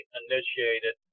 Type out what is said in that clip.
initiated